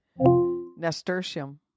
Nasturtium